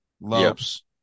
Lopes